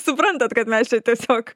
suprantat kad mes čia tiesiog